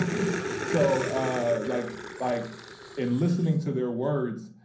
so ah like like in listening to their words,